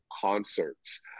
concerts